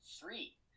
three